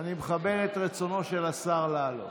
אני מכבד את רצונו של השר לעלות.